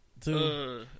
Two